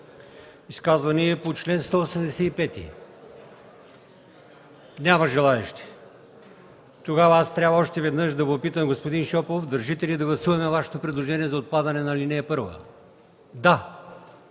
изказвания по чл. 185? Няма желаещи. Тогава трябва още веднъж да попитам: господин Шопов, държите ли да гласуваме Вашето предложение за отпадане на ал. 1? Да.